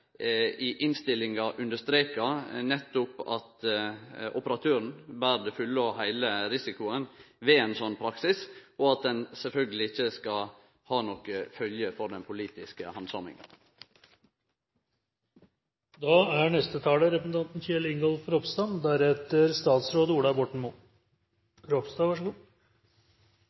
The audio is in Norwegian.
i innstillingar understreka nettopp at operatøren ber den fulle og heile risikoen ved ein sånn praksis, og at det sjølvsagt ikkje skal ha nokre følgjer for den politiske handsaminga. Det er